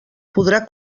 podrà